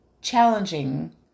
challenging